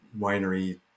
winery